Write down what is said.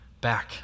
back